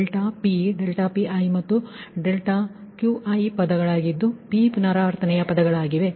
∆P ∆Piಮತ್ತು ∆Qi ಪದಗಳು p ಪುನರಾವರ್ತನೆಯ ಪದಗಳಾಗಿವೆ